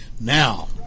Now